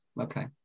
Okay